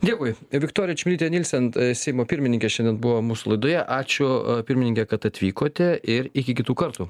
dėkui viktorija čmilytė nielsen seimo pirmininkė šiandien buvo mūsų laidoje ačiū pirmininke kad atvykote ir iki kitų kartų